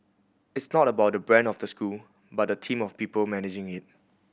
it's not about the brand of the school but the team of people managing it